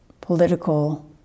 political